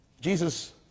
Jesus